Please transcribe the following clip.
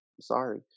Sorry